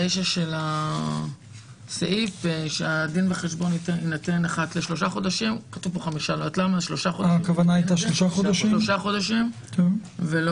23. בסעיף 62א1 המוצע, אחרי "לבקשת האסיר" יבוא